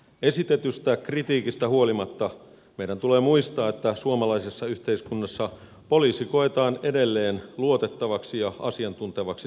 esitetystä kritiikistä huolimatta meidän tulee muistaa että suomalaisessa yhteiskunnassa poliisi koetaan edelleen luotettavaksi ja asiantuntevaksi toimijaksi